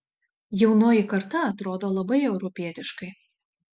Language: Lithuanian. jaunoji karta atrodo labai europietiškai